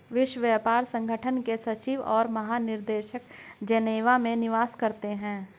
विश्व व्यापार संगठन के सचिव और महानिदेशक जेनेवा में निवास करते हैं